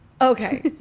Okay